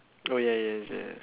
oh ya ya it's there